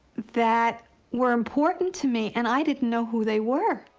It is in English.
that were important to me. and i didn't know who they were.